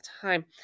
time